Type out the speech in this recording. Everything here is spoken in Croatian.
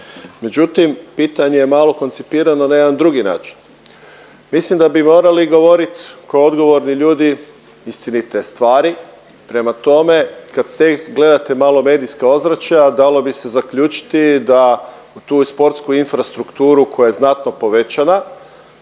međutim, pitanje je malo koncipirano na jedan drugi način. Mislim da bi morali govorit kao odgovorni ljudi istinite stvari, prema tome, kad ste, kad gledate malo medijska ozračja, dalo bi se zaključiti da u tu sportsku infrastrukturu koja je znatno povećana